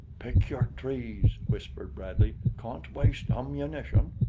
pick your trees, whispered bradley. can't waste ammunition.